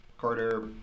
Carter